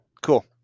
Cool